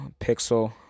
Pixel